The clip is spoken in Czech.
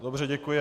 Dobře, děkuji.